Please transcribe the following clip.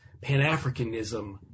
Pan-Africanism